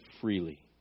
freely